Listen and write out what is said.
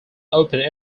opened